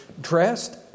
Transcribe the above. dressed